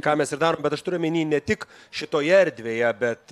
ką mes ir darome bet aš turiu omeny ne tik šitoje erdvėje bet